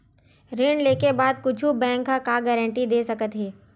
ऋण लेके बाद कुछु बैंक ह का गारेंटी दे सकत हे?